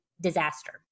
disaster